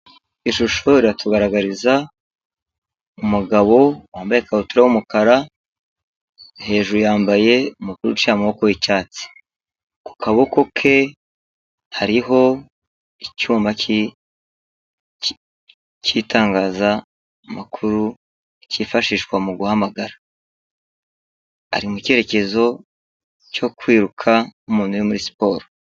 Ishusho iratugaragariza umugabo wambaye ikabutura y'umukara, hejuru yambaye umupira uciye amaboko w'icyatsi. Ku kaboko ke hariho icyuma cy'itangamakuru cyifashishwa mu guhuhamagara. ari mu cyerekezo cyo kwiruka nku mutu uri muri siporo.